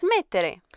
smettere